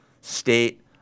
state